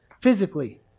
physically